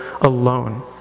alone